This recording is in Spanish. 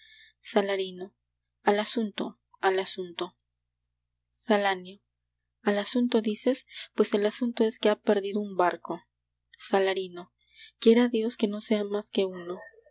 salarino al asunto al asunto salanio al asunto dices pues el asunto es que ha perdido un barco salarino quiera dios que no sea más que uno